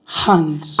hand